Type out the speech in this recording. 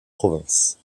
provinces